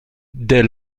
dès